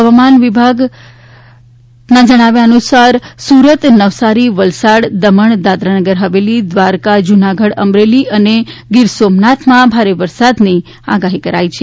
હવામાન વિભાગ દ્વારા સુરત નવસારી વલસાડ દમણ દાદરાનગર હવેલી દ્વારકા જૂનાગઢ અમરેલી ગીરસોમનાથમાં ભારે વરસાદની આગાહી કરી છે